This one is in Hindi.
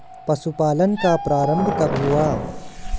पशुपालन का प्रारंभ कब हुआ?